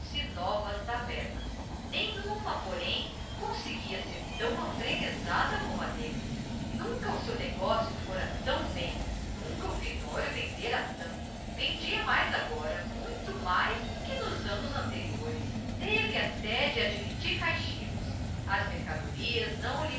novas tavernas nenhuma porém conseguia ser tão afreguesada como a dele nunca o seu negocio fora tão bem nunca o finório vendera tanto vendia mais agora muito mais que nos anos anteriores teve até de admitir caixeiros as mercadorias não